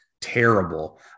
terrible